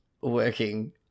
working